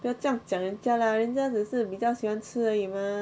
不要这样讲人 lah 人家只是比较喜欢吃而已 mah